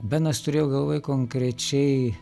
benas turėjo galvoje konkrečiai